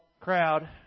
crowd